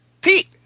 Pete